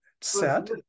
set